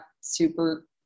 super